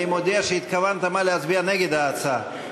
אני מודיע שהתכוונת, מה, להצביע נגד ההצעה?